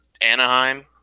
Anaheim